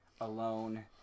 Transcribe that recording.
alone